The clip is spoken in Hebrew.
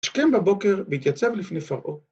שכם בבוקר והתייצב לפני פרעות.